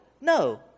no